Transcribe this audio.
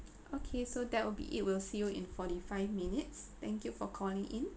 okay so that will be it we'll see you in forty five minutes thank you for calling in